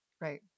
Right